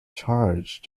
charge